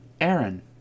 Aaron